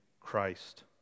Christ